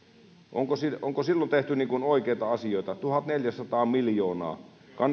onko silloin tehty oikeita asioita tuhatneljäsataa miljoonaa